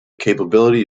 capability